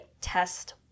test